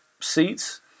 seats